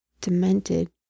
demented